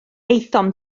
aethom